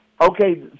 Okay